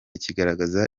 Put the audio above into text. kigaragaza